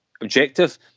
objective